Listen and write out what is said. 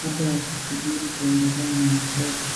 labda wakisubiri kuendelea na mchezo.